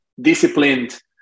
disciplined